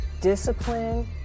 discipline